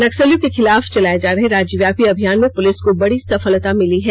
नक्सलियों के खिलाफ चलाये जा रहे राज्यव्यापी अभियान में पुलिस को बड़ी सफलता मिली है